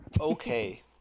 Okay